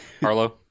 Harlow